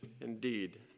indeed